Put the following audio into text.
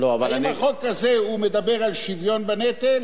האם החוק הזה מדבר על שוויון בנטל?